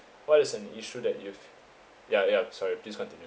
what is an issue that you've ya ya sorry please continue